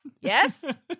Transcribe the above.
Yes